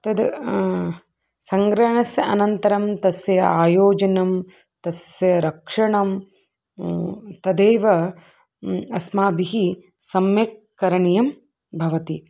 तत् सङ्ग्रहणस्य अनन्तरं तस्य आयोजनं तस्य रक्षणं तदेव अस्माभिः सम्यक् करणीयं भवति